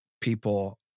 people